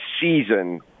season